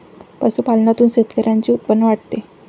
पशुपालनातून शेतकऱ्यांचे उत्पन्न वाढते